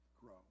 grow